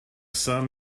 sun